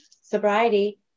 sobriety